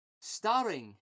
starring